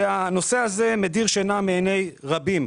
הנושא הזה מדיר שינה מעיני רבים,